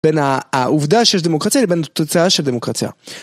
בין העובדה שיש דמוקרטיה לבין תוצאה של דמוקרטיה.